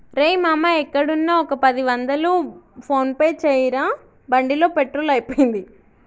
రేయ్ మామా ఎక్కడున్నా ఒక పది వందలు ఫోన్ పే చేయరా బండిలో పెట్రోల్ అయిపోయింది